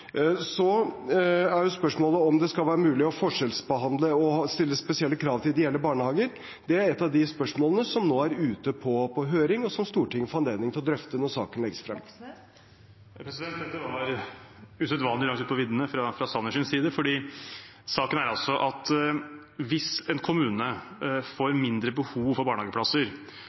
spørsmålet om det skal være mulig å forskjellsbehandle og stille spesielle krav til ideelle barnehager. Det er et av de spørsmålene som nå er ute på høring, og som Stortinget får anledning til å drøfte når saken legges frem. Det åpnes for oppfølgingsspørsmål – først Bjørnar Moxnes. Dette var usedvanlig langt ute på viddene fra Sanners side, for saken er at hvis en kommune får mindre behov for barnehageplasser,